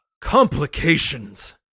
Complications